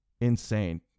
insane